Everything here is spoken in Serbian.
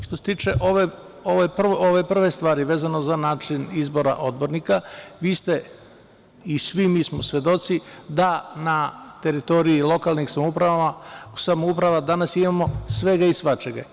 Što se tiče ove prve stvari, vezano za način izbora odbornika, svi mi smo svedoci da na teritoriji lokalnih samouprava danas ima svega i svačega.